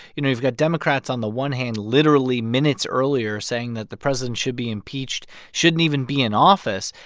you know you've got democrats, on the one hand, literally minutes earlier saying that the president should be impeached, shouldn't even be in office.